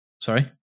Sorry